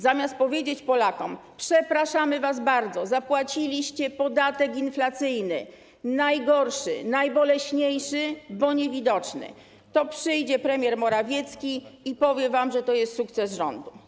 Zamiast powiedzieć Polakom: przepraszamy was bardzo, zapłaciliście podatek inflacyjny, najgorszy, najboleśniejszy, bo niewidoczny, to przychodzi premier Morawiecki i mówi, że to jest sukces rządu.